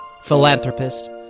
philanthropist